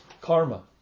karma